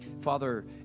father